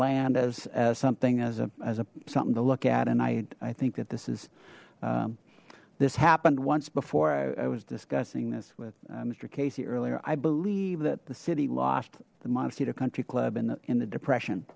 land as something as a as a something to look at and i think that this is this happened once before i was discussing this with mister casey earlier i believe that the city lost the montecito country club in the in the depression